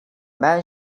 man